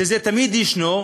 שזה תמיד ישנו.